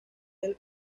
del